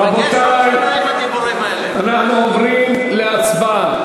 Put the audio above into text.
רבותי, אנחנו עוברים להצבעה.